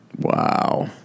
Wow